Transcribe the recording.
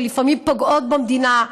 שלפעמים פוגעות במדינה,